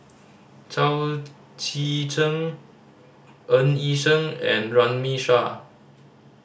Chao Tzee Cheng Ng Yi Sheng and Runme Shaw